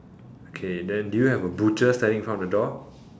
okay then do you have a butcher standing in front of the door